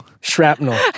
Shrapnel